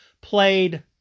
played